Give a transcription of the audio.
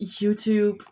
YouTube